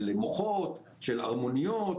של מוחות, של ערמוניות,